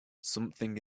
something